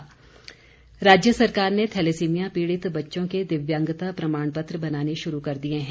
certificate राज्य सरकार ने थैलेसीमिया पीड़ित बच्चों के दिव्यांगता प्रमाण पत्र बनाने शुरू कर दिए हैं